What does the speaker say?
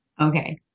Okay